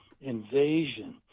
invasion